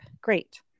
Great